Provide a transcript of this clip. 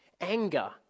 anger